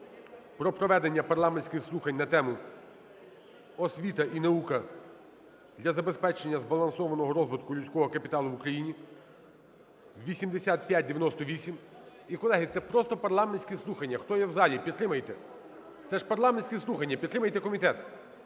про проведення парламентських слухань на тему: "Освіта і наука для забезпечення збалансованого розвитку людського капіталу в Україні" (8598). І, колеги, це просто парламентські слухання, хто є в залі, підтримайте. Це ж парламентські слухання, підтримайте комітет.